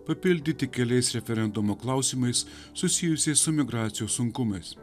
papildyti keliais referendumo klausimais susijusiais su migracijos sunkumais